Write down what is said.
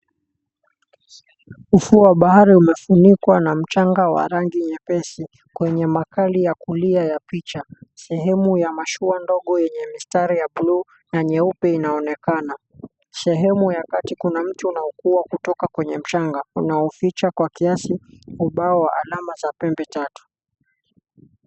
Ufua wa bahari umefunikwa na mchanga wa rangi nyepesi. Kwenye makali ya kulia ya picha, sehemu ya mashua ndogo yenye mistari ya blue na nyeupe, inaonekana. Sehemu ya kati, kuna mti unaokuwa kutoka kwenye, mchanga unaoficha kwa kiasi ubao wa alama za pembe tatu.